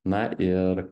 na ir